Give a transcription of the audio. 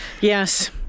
Yes